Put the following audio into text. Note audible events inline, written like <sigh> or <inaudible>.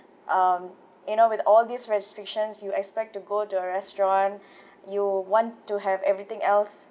um you know with all these restrictions you expect to go to a restaurant <breath> you want to have everything else